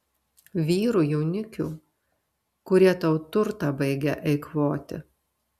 vyrų jaunikių kurie tau turtą baigia eikvoti